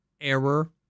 error